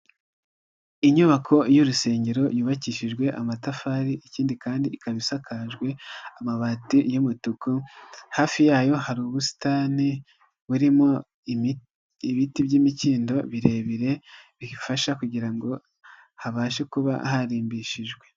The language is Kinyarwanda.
Inyubako y'urusengero yubakishijwe amatafari, ikindi kandi ikaba isakajwe amabati y'umutuku, hafi yayo hari ubusitani burimo ibiti by'imikindo birebire, bifasha kugira ngo habashe kuba harimbishijwe.